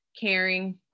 caring